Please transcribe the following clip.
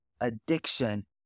addiction